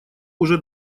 уже